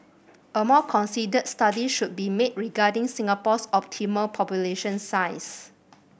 a more considered study should be made regarding Singapore's optimal population size